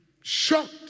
shocked